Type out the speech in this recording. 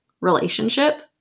relationship